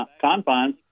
confines